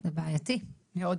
זה בעייתי מאוד.